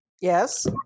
Yes